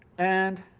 and